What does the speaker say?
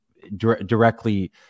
directly